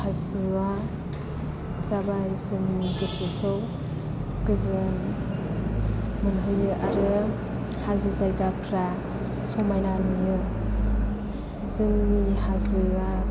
हाजोआ जाबाय जोंनि गोसोखौ गोजोन मोनहोयो आरो हाजो जायगाफोरा समायना नुयो जोंनि हाजोआ